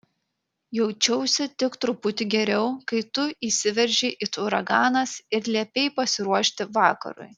jaučiausi tik truputį geriau kai tu įsiveržei it uraganas ir liepei pasiruošti vakarui